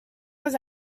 was